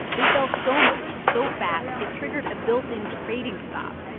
they fell so much, so fast, it triggered a built-in trading stop.